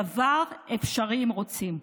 הדבר אפשרי אם רוצים.